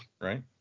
right